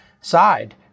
side